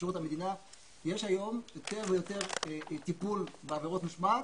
יש היום יותר ויותר טיפול בעבירות משמעת